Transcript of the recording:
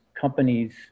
companies